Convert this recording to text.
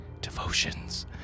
devotions